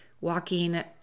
walking